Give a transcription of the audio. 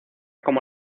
como